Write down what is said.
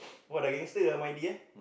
[wah] dah gangster ah Maidy eh